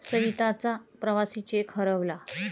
सविताचा प्रवासी चेक हरवला